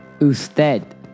Usted